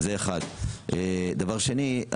דבר שני,